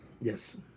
Yes